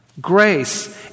grace